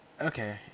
Okay